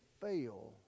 fail